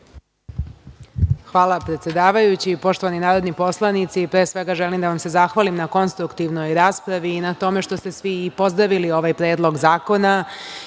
Hvala predsedavajući. Poštovani narodni poslanici, pre svega želim da vam se zahvalim na konstruktivnoj raspravi i na tome što ste svi pozdravili ovaj predlog zakona